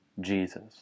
Jesus